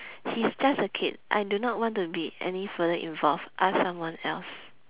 he's just a kid I do not want to be any further involved ask someone else